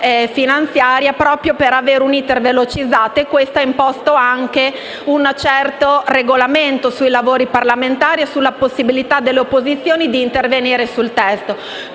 finanziaria proprio per avere un*iter* veloce e questo ha imposto anche una certa regolazione dei lavori parlamentari, incidendo sulla possibilità per le opposizioni di intervenire sul testo.